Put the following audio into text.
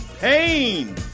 pain